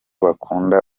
bakunda